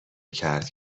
کرد